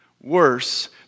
worse